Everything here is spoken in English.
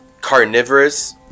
carnivorous